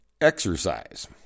exercise